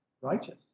righteous